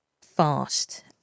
fast